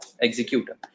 Executor